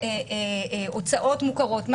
הוצאות מוכרות,